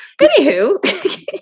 Anywho